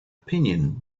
opinion